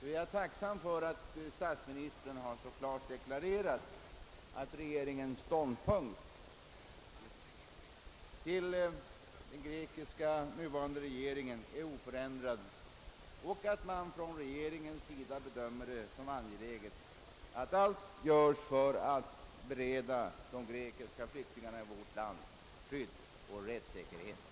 Jag är därför tacksam för att statsministern så klart har deklarerat att regeringens ståndpunkt till den grekiska regeringen är oförändrad och att regeringen bedömer det angeläget att bereda grekiska flyktingar sådant skydd.